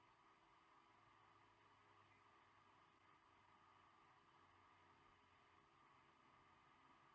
no